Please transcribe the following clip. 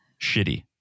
shitty